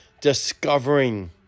discovering